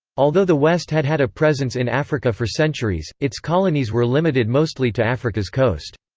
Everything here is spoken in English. although the west had had a presence in africa for centuries, its colonies were limited mostly to africa's coast.